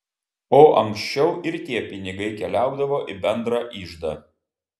o ankščiau ir tie pinigai keliaudavo į bendrą iždą